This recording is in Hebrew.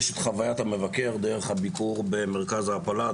יש את חוויית המבקר דרך הביקור במרכז ההעפלה,